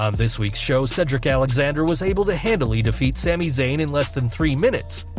um this week's show, cedric alexander was able to handily defeat sami zayn in less than three minutes,